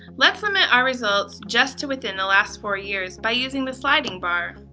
let's limit our results just to within the last four years by using the sliding bar.